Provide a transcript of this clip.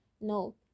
no